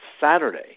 Saturday